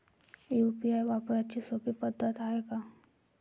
UPI वापराची सोपी पद्धत हाय का?